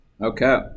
Okay